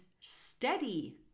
Steady